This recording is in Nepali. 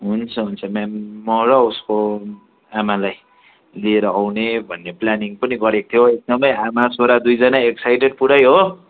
हुन्छ हुन्छ म्याम म र उसको आमालाई लिएर आउने भन्ने प्लानिङ पनि गरेको थियो एकदमै आमा छोरा दुइजना नै एक्साइटेड पुरै हो